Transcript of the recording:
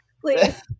Please